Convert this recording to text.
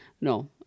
no